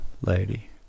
lady